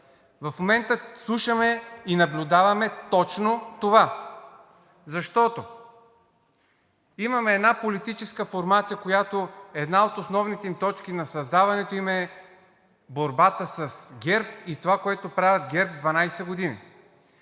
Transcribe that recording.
В момента слушаме и наблюдаваме точно това, защото имаме една политическа формация, при която една от основните точки за създаването им е борбата с ГЕРБ и това, което правят ГЕРБ 12 години.